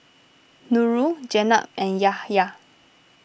Nurul Jenab and Yahya